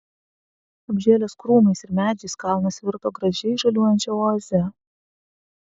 apžėlęs krūmais ir medžiais kalnas virto gražiai žaliuojančia oaze